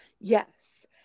Yes